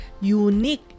unique